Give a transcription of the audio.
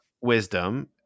wisdom